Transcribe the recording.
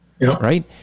right